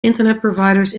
internetproviders